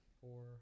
four